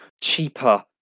cheaper